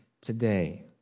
today